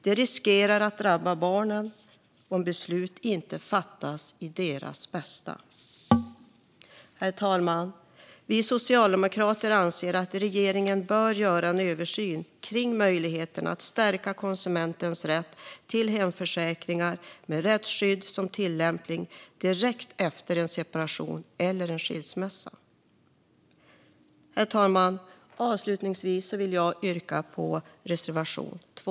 Det riskerar att drabba barnen om beslut inte fattas i enlighet med deras bästa. Herr talman! Vi socialdemokrater anser att regeringen bör göra en översyn av möjligheten att stärka konsumenternas rätt till hemförsäkringar med rättsskydd som är tillämpligt direkt efter en separation eller skilsmässa. Avslutningsvis vill jag yrka bifall till reservation 2.